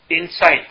insight